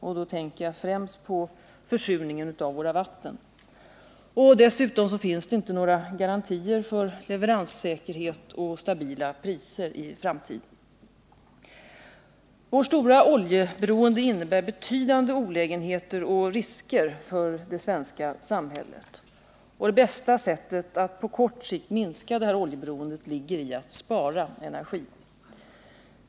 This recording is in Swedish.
Jag tänker då främst på försurningen av våra vatten. Och det finns inga garantier för leveranssäkerhet och stabila priser i framtiden. Vårt stora oljeberoende innebär betydande olägenheter och risker för det svenska samhället. Det bästa sättet att på kort sikt minska detta oljeberoende ligger i att spara energi.